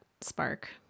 spark